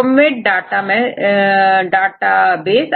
PubMed database